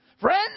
Friends